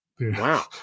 wow